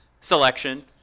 selection